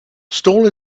stall